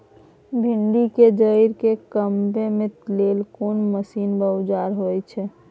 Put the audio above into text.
भिंडी के जईर के कमबै के लेल कोन मसीन व औजार होय छै?